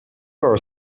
are